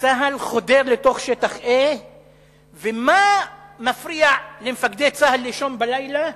צה"ל חודר לתוך שטח A ומה מפריע למפקדי צה"ל לישון בלילה,